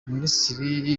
minisitiri